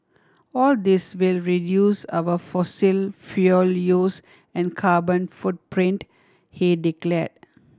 all this will reduce our fossil fuel use and carbon footprint he declared